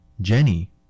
Jenny